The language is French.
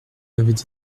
avait